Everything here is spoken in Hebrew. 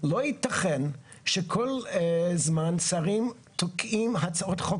לא ייתכן שכל זמן שרים תוקעים הצעות חוק